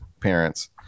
parents